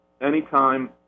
Anytime